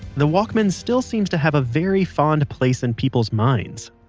the walkman still seems to have a very fond place in people's minds.